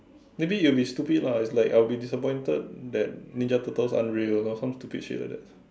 maybe it will be stupid lah it's like I will be disappointed that Ninja Turtle aren't real or some stupid shit like that